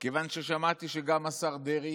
כיוון ששמעתי שגם השר דרעי,